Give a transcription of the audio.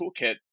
toolkit